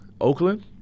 Oakland